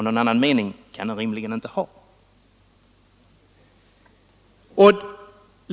Någon annan mening kan den rimligen inte ha.